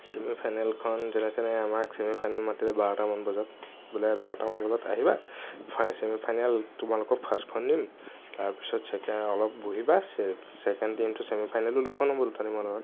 চেমিফাইনেলখন যেনে তেনে আমাক চেমিফাইনেল মাতিলে বাৰটামান বজাত বোলে বাৰটামান বজাত আহিবা ফাই চেমিফাইনেল তোমালোকক ফাৰ্ষ্টখন দিম তাৰ পিছত ছেকেণ্ড অলপ বহিবা ছেকেণ্ড টিমটোৰ চেমিফাইনেলো দুখন হ'ব দুটা টিমৰ মাজত